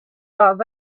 was